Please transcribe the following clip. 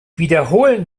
wiederholen